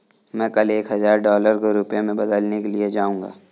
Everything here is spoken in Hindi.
मैं कल एक हजार डॉलर को रुपया में बदलने के लिए जाऊंगा